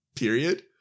Period